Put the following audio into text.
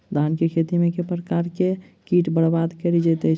धान केँ खेती मे केँ प्रकार केँ कीट बरबाद कड़ी दैत अछि?